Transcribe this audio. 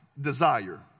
Desire